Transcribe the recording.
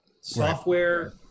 Software